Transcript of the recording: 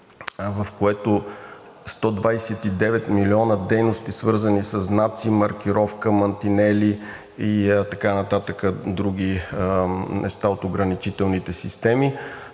в което 129 милиона дейности, свързани със знаци, маркировка, мантинели и така нататък други неща от ограничителните системи,